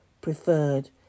preferred